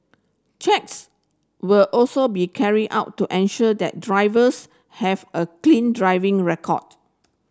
checks will also be carried out to ensure that drivers have a clean driving record